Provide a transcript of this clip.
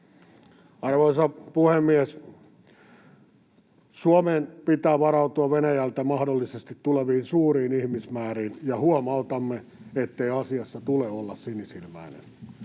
Arvoisa puhemies! Suomen pitää varautua Venäjältä mahdollisesti tuleviin suuriin ihmismääriin, ja huomautamme, ettei asiassa tule olla sinisilmäinen.